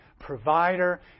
provider